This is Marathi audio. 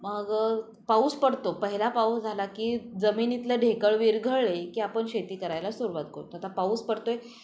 मग पाऊस पडतो पहिला पाऊस झाला की जमिनीतलं ढेकळं विरघळली की आपण शेती करायला सुरवात करतो आता पाऊस पडतो आहे